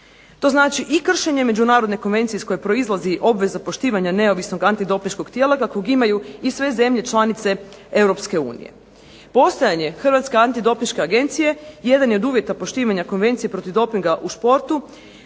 To znači i kršenje međunarodne konvencije iz koje proizlazi obveza poštivanja Neovisnog antidopinškog tijela kakvog imaju i sve zemlje članice Europske unije. Postojanje Hrvatske antidopinške agencije jedan je od uvjeta poštivanja Konvencije protiv dopinga u športu